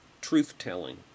truth-telling